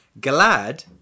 glad